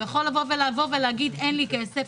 הוא יכול להגיד: אין לי כסף,